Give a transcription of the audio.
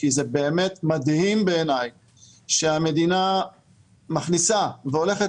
כי זה מדהים בעיני שהמדינה מכניסה והולכת